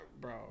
Bro